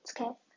okay